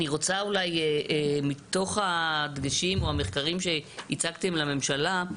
מתוך הדגשים או המחקרים שהצגתם לממשלה,